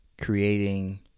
creating